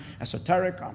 esoteric